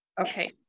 Okay